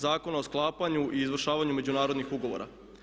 Zakona o sklapanju i izvršavanju međunarodnih ugovora.